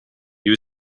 you